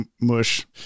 mush